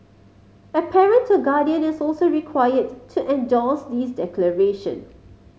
a parent or guardian is also required to endorse this declaration